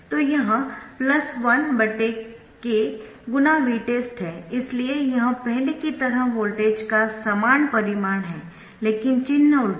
तो यह 1 K × Vtest है इसलिए यह पहले की तरह वोल्टेज का समान परिमाण है लेकिन चिन्ह उल्टा है